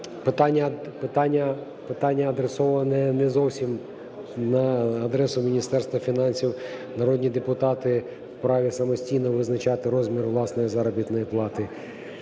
питання адресоване не зовсім на адресу Міністерства фінансів, народні депутати в праві самостійно визначати розмір власної заробітної плати